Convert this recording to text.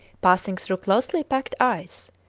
passing through closely packed ice,